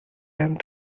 length